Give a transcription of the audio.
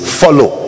follow